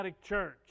church